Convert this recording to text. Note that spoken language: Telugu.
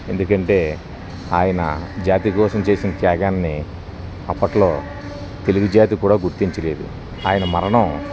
ఎందుకంటే ఆయన జాతి కోసం చేసిన త్యాగాన్ని అప్పట్లో తెలుగు జాతి కూడా గుర్తించలేదు ఆయన మరణం